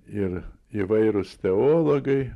ir įvairūs teologai